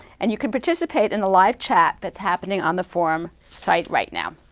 and you can participate in the live chat that's happening on the forum site right now.